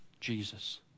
Jesus